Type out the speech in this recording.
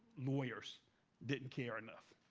lawyers didn't care enough.